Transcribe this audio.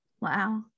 Wow